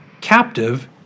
captive